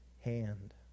hand